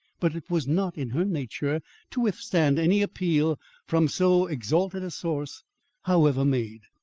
but it was not in her nature to withstand any appeal from so exalted a source however made.